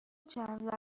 چند